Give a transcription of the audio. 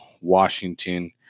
Washington